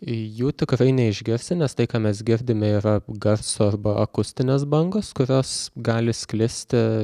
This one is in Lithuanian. jų tikrai neišgirsi nes tai ką mes girdime yra garso arba akustinės bangos kurios gali sklisti